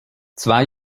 zwei